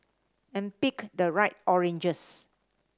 and pick the right oranges